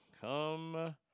come